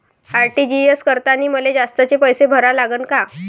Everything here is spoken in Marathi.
आर.टी.जी.एस करतांनी मले जास्तीचे पैसे भरा लागन का?